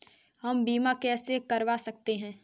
हम बीमा कैसे करवा सकते हैं?